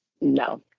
No